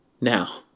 Now